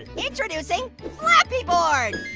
introducing flappy board.